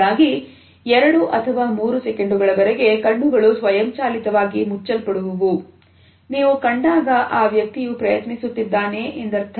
ಹೀಗಾಗಿ 2 ಅಥವಾ 3 ಸೆಕೆಂಡುಗಳವರೆಗೆ ಕಣ್ಣುಗಳು ಸ್ವಯಂಚಾಲಿತವಾಗಿ ಮುಚ್ಚಲ್ಪಡುವುದು ನೀವು ಕಂಡಾಗ ಆ ವ್ಯಕ್ತಿಯು ಪ್ರಯತ್ನಿಸುತ್ತಿದ್ದಾನೆ ಎಂದರ್ಥ